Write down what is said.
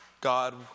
God